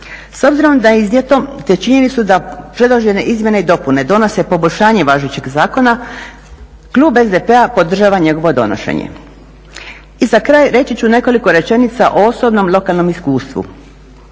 S obzirom na iznijeto te činjenicu da predložene izmjene i dopune donose poboljšanje važećeg zakona klub SDP-a podržava njegovo donošenje. I za kraj reći ću nekoliko rečenica o osobnom lokalnom iskustvu.